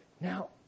Now